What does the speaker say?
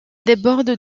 déborde